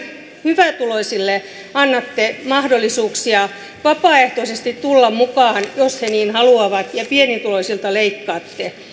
hyvätuloisille annatte mahdollisuuksia vapaaehtoisesti tulla mukaan jos he niin haluavat ja pienituloisilta leikkaatte